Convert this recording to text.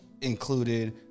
included